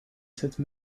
cette